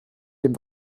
dem